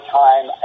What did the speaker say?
time